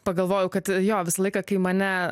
pagalvojau kad jo visą laiką kai mane